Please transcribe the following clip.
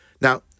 Now